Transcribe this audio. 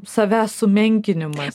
savęs sumenkinimas